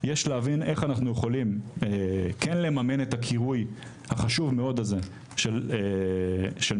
יש להבין איך אנחנו יכולים כן לממן את הקירוי החשוב מאוד הזה של מבנים,